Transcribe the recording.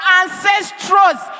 ancestors